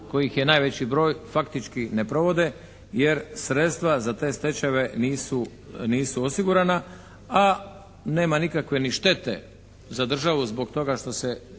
kojih je najveći broj faktički ne provode, jer sredstva za te stečajeve nisu osigurana, a nema nikakve ni štete za državu zbog toga što se